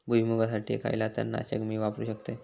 भुईमुगासाठी खयला तण नाशक मी वापरू शकतय?